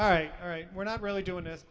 all right all right we're not really doing this